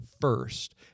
first